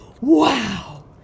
Wow